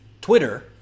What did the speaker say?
Twitter